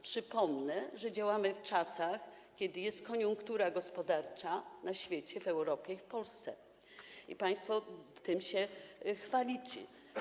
Przypomnę, że działamy w czasach, kiedy jest koniunktura gospodarcza na świecie, w Europie i w Polsce, i państwo tym się chwalicie.